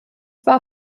war